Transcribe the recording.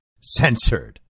censored